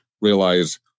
realize